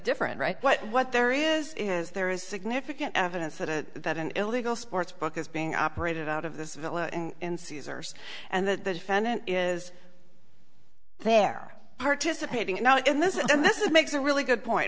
different right but what there is is there is significant evidence that that an illegal sports book is being operated out of this villa and caesar's and the defendant is there participating now in this and this is makes a really good point